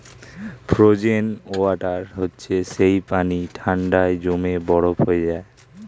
frozen water হচ্ছে যেই পানি ঠান্ডায় জমে বরফ হয়ে যায়